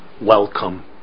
welcome